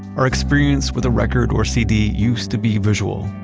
our experience with a record or cd used to be visual.